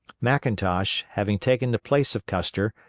mcintosh, having taken the place of custer,